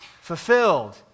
fulfilled